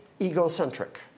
egocentric